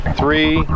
three